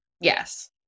Yes